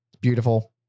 beautiful